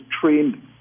trained